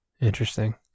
Interesting